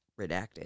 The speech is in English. Redacted